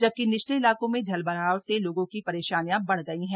जबकि निचले इलाकों में जलभराव से लोगों की परेशानियां बढ़ गई हैं